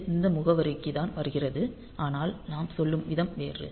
இது இந்த முகவரிக்கு தான் வருகிறது ஆனால் நாம் சொல்லும் விதம் வேறு